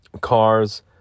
cars